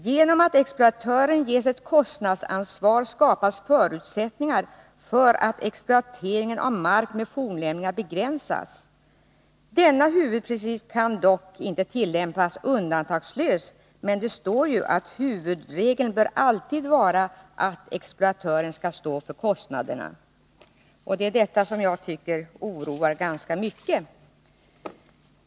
Genom att exploatören ges ett kostnadsansvar skapas förutsättningar för att exploateringen av mark med fornlämningar begränsas. Denna huvudprincip kan dock inte tillämpas undantagslöst.” Men det står ju att huvudregeln alltid bör vara att exploatören skall stå för kostnaderna. Det är detta som jag tycker oroar så mycket.